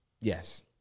Yes